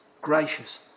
gracious